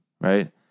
right